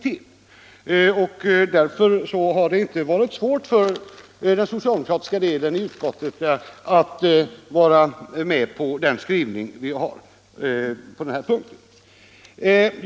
Det har därför inte varit svårt för de so 3 april 1975 cialdemokratiska ledamöterna i utskottet att ställa sig bakom utskottets —- skrivning på denna punkt.